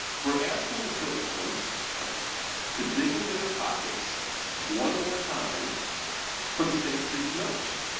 we're asking the citizens to dig into their pockets one more time for the state streets millage.